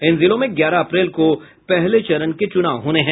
इन जिलों में ग्यारह अप्रैल को पहले चरण के चुनाव होने हैं